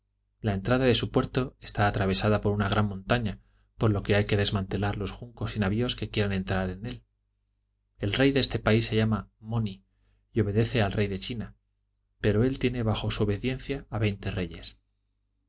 la entrada de su puerto está atravesada por una gran montaña por lo que hay que desmantelar los juncos y navios que quieran entrar en él el rey de este país se llama moni y obedece al rey de la china pero él tiene bajo su obediencia a veinte reyes